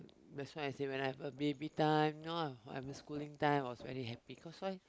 that's why I say when I have a baby time now I'm a schooling time I was very happy cause why